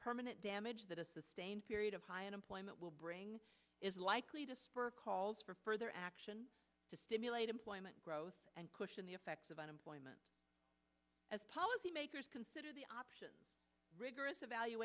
permanent damage that a sustained period of high unemployment will bring is likely to spur calls for further action to stimulate employment growth and cushion the effects of unemployment as policymakers consider the option rigorous evalu